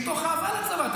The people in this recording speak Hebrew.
מתוך אהבה לצבא.